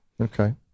Okay